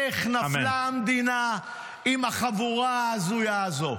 -- איך נפלה המדינה עם החבורה ההזויה הזו.